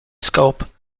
scope